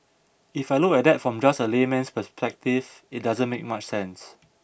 if I look at that from just a layman's perspective it doesn't make much sense